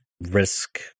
risk